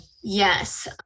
Yes